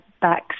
backs